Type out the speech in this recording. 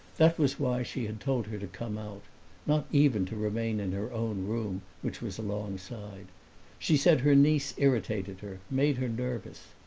that was why she had told her to come out not even to remain in her own room, which was alongside she said her niece irritated her, made her nervous.